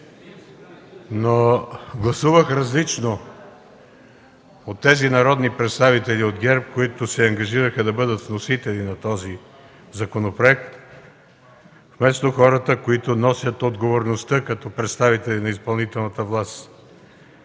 Гласувах различно от народните представители от ГЕРБ, които се ангажираха да бъдат вносители на този законопроект, вместо хората, които носят отговорността като представители на изпълнителната власт.